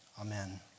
Amen